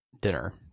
dinner